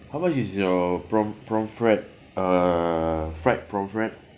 how much is your pom~ pomfret uh fried pomfret